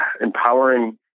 empowering